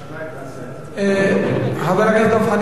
חבר הכנסת דב חנין,